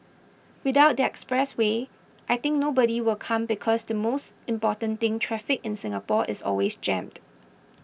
without the expressway I think nobody will come because the most important thing traffic in Singapore is always jammed